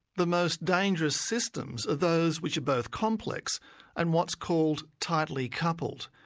the most dangerous systems are those which are both complex and what's called tightly coupled.